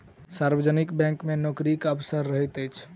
सार्वजनिक बैंक मे नोकरीक अवसर रहैत अछि